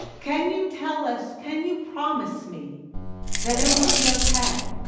can you tell us, can you promise me that it will be okay?